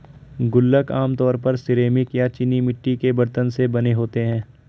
गुल्लक आमतौर पर सिरेमिक या चीनी मिट्टी के बरतन से बने होते हैं